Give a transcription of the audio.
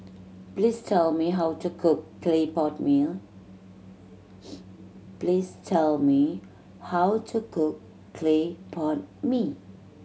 please tell me how to cook clay pot mee